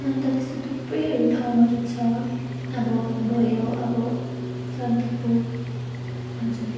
अन्त त्यस्तो थुप्रैहरू ठाउँहरू छ अब भयो अब सन्दकपू हजुर